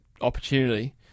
opportunity